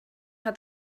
hat